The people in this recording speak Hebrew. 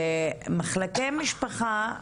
ומחלקי משפחה,